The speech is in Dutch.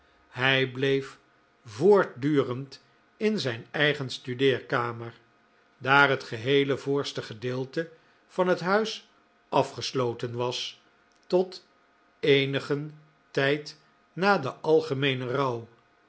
hij bleef voortdurend in zijn eigen studeerkamer daar het geheele voorste gedeelte van het huis afgesloten was tot eenigen tijd na den algemeenen rouw